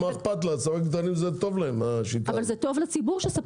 זה טוב לספקים הקטנים.